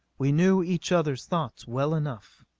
we knew each others thoughts well enough.